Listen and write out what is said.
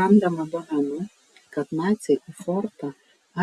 randama duomenų kad naciai į fortą